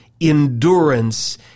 endurance